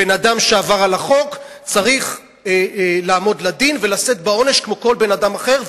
בן-אדם שעבר על החוק צריך לעמוד לדין ולשאת בעונש כמו כל בן-אדם אחר,